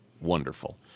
Wonderful